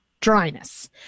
dryness